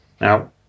Now